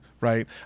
right